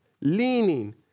leaning